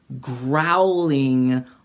growling